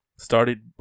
Started